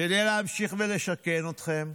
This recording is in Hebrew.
כדי להמשיך ולשכן אתכם,